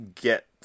get